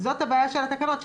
זאת הבעיה של התקנות,